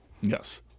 Yes